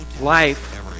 life